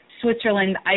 Switzerland